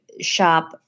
shop